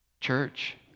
Church